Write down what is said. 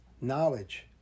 Knowledge